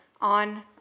on